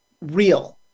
real